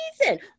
reason